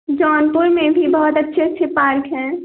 जौनपुर में भी बहुत अच्छे अच्छे पार्क हैं